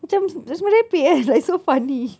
macam merepek kan like so funny